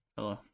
Hello